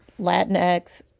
Latinx